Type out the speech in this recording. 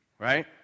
Right